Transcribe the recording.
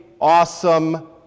awesome